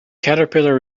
caterpillar